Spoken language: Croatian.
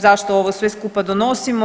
Zašto ovo sve skupa donosimo?